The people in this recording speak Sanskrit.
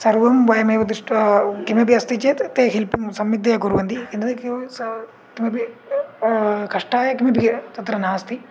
सर्वं वयमेव दृष्ट्वा किमपि अस्ति चेत् ते हेल्पं सम्यक्तया कुर्वन्ति किमपि कष्टाय किमपि तत्र नास्ति